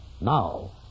Now